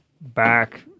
back